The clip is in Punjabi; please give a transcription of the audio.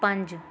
ਪੰਜ